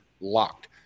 LOCKED